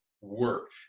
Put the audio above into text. work